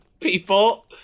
people